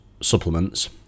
supplements